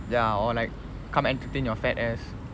ya or like come entertain your fat ass